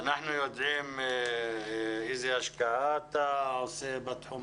אנחנו יודעים איזו השקעה אתה משקיע בתחום